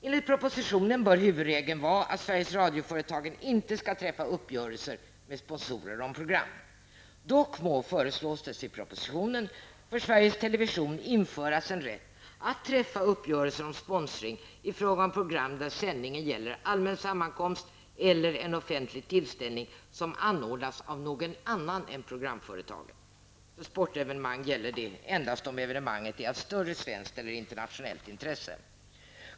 Enligt propositionen bör huvudregeln vara att Sveriges Radio-företagen inte skall träffa uppgörelser med sponsorer av program. Dock må -- Television införas en rätt att träffa uppgörelser om sponsring i fråga om program där sändningen gäller allmän sammankomst eller en offentlig tillställning som anordnas av någon annan än programföretaget. För sportevenemang gäller detta endast om evenemanget är av större svenskt eller internationellt intresse.